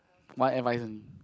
one advice only